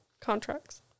contracts